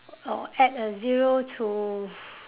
or add a zero to